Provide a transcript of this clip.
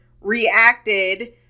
reacted